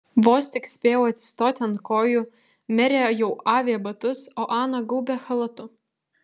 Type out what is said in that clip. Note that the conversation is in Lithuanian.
vos tik spėjau atsistoti ant kojų merė jau avė batus o ana gaubė chalatu